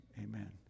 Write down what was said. amen